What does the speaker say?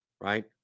right